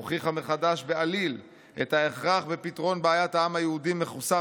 הוכיחה מחדש בעליל את ההכרח בפתרון בעיית העם היהודי מחוסר